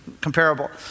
comparable